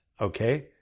okay